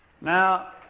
Now